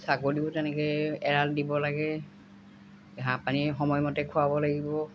ছাগলীও তেনেকৈ এৰাল দিব লাগে ঘাঁহ পানী সময়মতে খুৱাব লাগিব